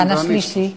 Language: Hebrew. היכן השלישי?